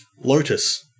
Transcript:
Lotus